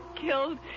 killed